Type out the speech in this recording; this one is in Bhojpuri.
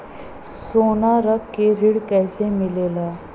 सोना रख के ऋण कैसे मिलेला?